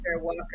walker